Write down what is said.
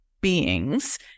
beings